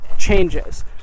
changes